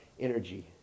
energy